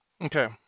Okay